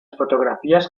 fotografías